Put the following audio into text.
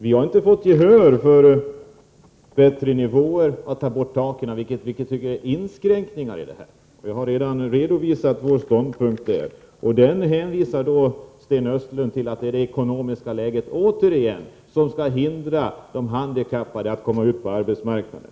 Vi har inte fått gehör för tanken att ta bort taken, vilka vi tycker utgör inskränkningar i systemet. Jag har redan redovisat vår ståndpunkt i frågan. Sten Östlund hänvisar till att det återigen är det ekonomiska läget som hindrar de handikappade att komma ut på arbetsmarknaden.